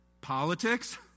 Politics